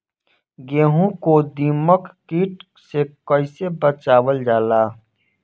गेहूँ को दिमक किट से कइसे बचावल जाला?